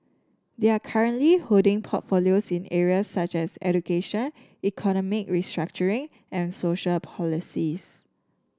they are currently holding portfolios in areas such as education economic restructuring and social policies